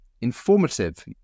Informative